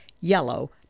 yellow